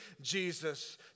Jesus